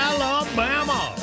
Alabama